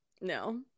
No